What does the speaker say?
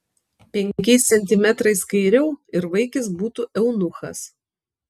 penkiais centimetrais kairiau ir vaikis būtų eunuchas